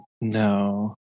No